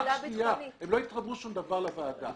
הם לא יתרמו שום דבר לוועדה.